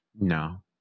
No